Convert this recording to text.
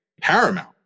paramount